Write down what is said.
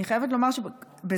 אני חייבת לומר שבזמנו,